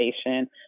station